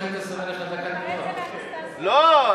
לא.